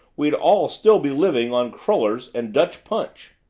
we'd all still be living on crullers and dutch punch!